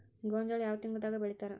ಗೋಂಜಾಳ ಯಾವ ತಿಂಗಳದಾಗ್ ಬೆಳಿತಾರ?